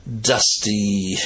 dusty